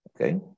okay